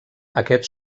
aquest